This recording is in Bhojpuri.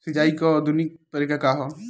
सिंचाई क आधुनिक तरीका का ह?